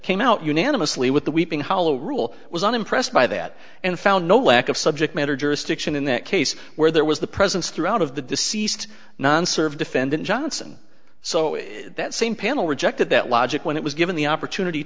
came out unanimously with the weeping hollow rule was unimpressed by that and found no lack of subject matter jurisdiction in that case where there was the presence throughout of the deceased none served defendant johnson so that same panel rejected that logic when it was given the opportunity